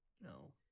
No